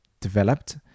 developed